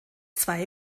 zwei